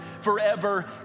forever